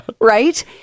Right